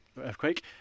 earthquake